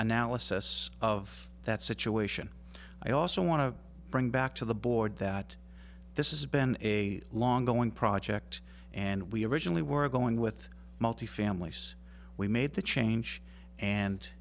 analysis of that situation i also want to bring back to the board that this is been a long going project and we originally were going with multi families we made the change and